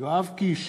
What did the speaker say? יואב קיש,